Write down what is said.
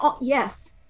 yes